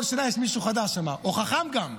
כל שנה יש מישהו חדש שם, או חכם גם.